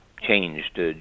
changed